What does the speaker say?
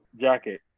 jacket